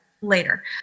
later